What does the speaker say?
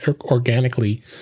organically